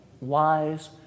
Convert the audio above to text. wise